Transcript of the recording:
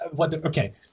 okay